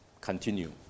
continue